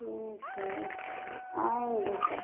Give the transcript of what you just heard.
ठीक है फिर आएँगे तब